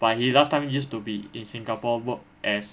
but he last time used to be in singapore work as